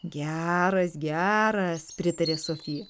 geras geras pritarė sofi